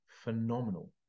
phenomenal